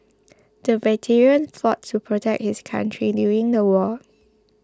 the veteran fought to protect his country during the war